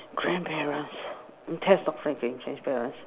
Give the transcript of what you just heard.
grandparents test outside can change parents